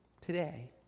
today